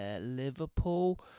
Liverpool